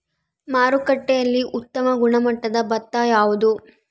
ಮಾರುಕಟ್ಟೆಯಲ್ಲಿ ಉತ್ತಮ ಗುಣಮಟ್ಟದ ಭತ್ತ ಯಾವುದು?